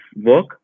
work